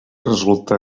resulta